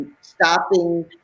stopping